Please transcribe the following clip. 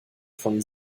von